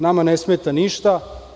Nama ne smeta ništa.